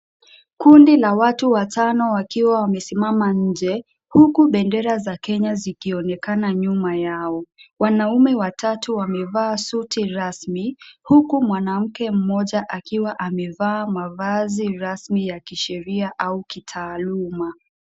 Kundi la watu watano wakiwa wamesimama nje huku bendera za Kenya zikionekana nyuma yao wanaume watatu wamevaa suti rasmi huku mwanamke mmoja akiwa amevaa mavazi rasmi ya kisheria au kitaalima.